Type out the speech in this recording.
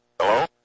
Hello